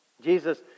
Jesus